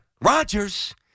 Rodgers